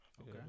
Okay